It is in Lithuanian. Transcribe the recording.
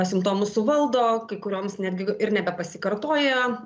simptomus suvaldo kai kurioms netgi ir nebepasikartoja